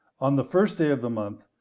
on the first day of the month,